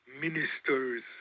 ministers